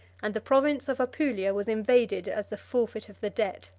and the province of apulia was invaded as the forfeit of the debt.